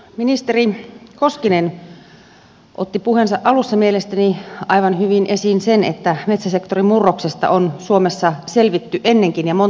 ministeri koskinen otti puheensa alussa mielestäni aivan hyvin esiin sen että metsäsektorin murroksesta on suomessa selvitty ennenkin ja monta kertaa